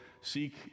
seek